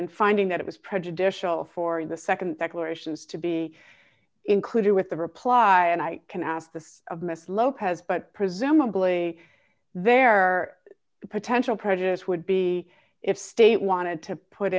in finding that it was prejudicial for the nd declarations to be included with the reply and i can ask this of miss lopez but presumably their potential prejudice would be if they wanted to put